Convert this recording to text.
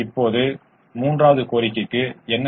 இப்போது சாத்தியமான தீர்வு என்ன